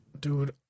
Dude